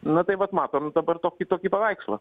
nu tai vat matom dabar tokį tokį paveikslą